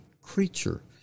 creature